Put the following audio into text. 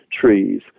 trees